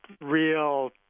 real